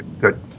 Good